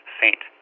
saint